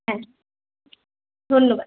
হ্যাঁ ধন্যবাদ